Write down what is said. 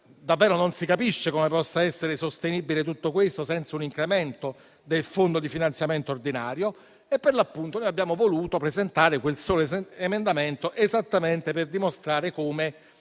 Davvero non si capisce come tutto questo possa essere sostenibile senza un incremento del fondo di finanziamento ordinario. Noi abbiamo voluto presentare quel solo emendamento esattamente per dimostrare come